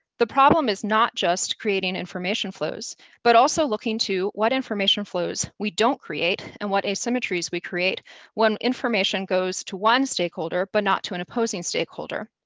the problem is not just creating information flows but also looking to what information flows we don't create, and what asymmetries we create when information goes to one stakeholder, but not to an opposing stakeholder.